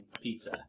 pizza